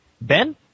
Ben